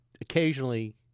occasionally